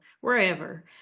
wherever